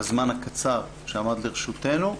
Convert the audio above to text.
בזמן הזה ניסינו יש הסכמה זו תוספת משמעותית דרמטית